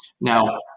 Now